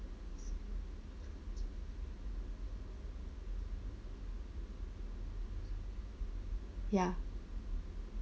ya